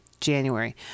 January